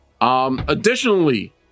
Additionally